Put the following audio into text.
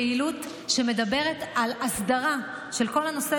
פעילות שמדברת על אסדרה של כל הנושא